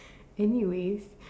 anyways